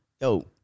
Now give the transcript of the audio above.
Yo